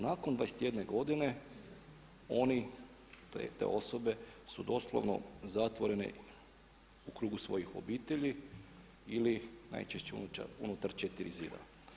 Nakon 21 godine oni, te osobe su doslovno zatvorene u krugu svojih obitelji ili najčešće unutar 4 zida.